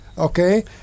okay